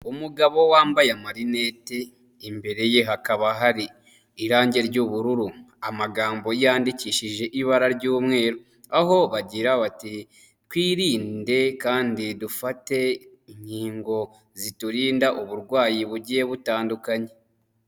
Umugabo wambaye amarinete, imbere ye hakaba hari irangi ry'ubururu, amagambo yandikishije ibara ry'umweru, aho bagira bati twirinde kandi dufate inkingo ziturinda uburwayi bugiye butandukanye.